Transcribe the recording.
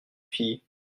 fille